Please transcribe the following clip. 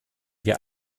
wir